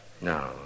No